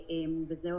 זו,